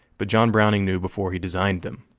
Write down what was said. but john browning knew before he designed them.